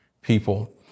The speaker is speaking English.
people